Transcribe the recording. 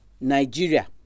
Nigeria